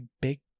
big